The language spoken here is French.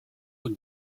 aux